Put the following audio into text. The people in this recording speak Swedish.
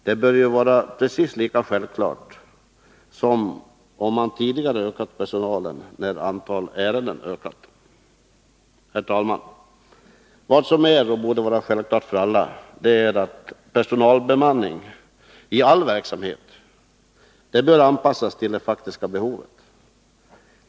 Det borde vara precis lika självklart som att man tidigare har ökat personalen när antalet ärenden ökat. Herr talman! Det borde också vara givet för alla att personalbemanning i all verksamhet måste anpassas till det faktiska behovet.